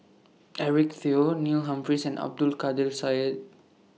Eric Teo Neil Humphreys and Abdul Kadir Syed